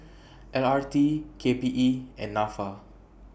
L R T K P E and Nafa